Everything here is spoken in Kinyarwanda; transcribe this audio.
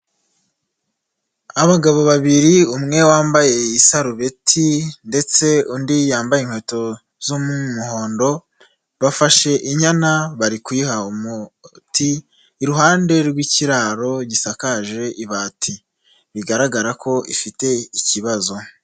Abagabo babiri umwe wambaye isarubeti ndetse undi yambaye inkweto z'umuhondo, bafashe inyana bari kuyiha umuti, iruhande rw'ikiraro gisakaje ibati, bigaragara ko ifite ikibazo.